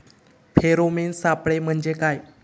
Pheromone सापळे म्हंजे काय?